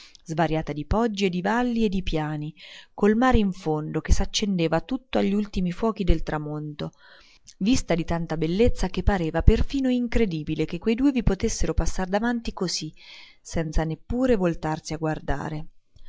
svariata di poggi e di valli e di piani col mare in fondo che s'accendeva tutto agli ultimi fuochi del tramonto vista di tanta bellezza che pareva perfino incredibile che quei due vi potessero passar davanti così senza neppure voltarsi a guardare